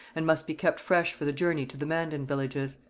and must be kept fresh for the journey to the mandan villages.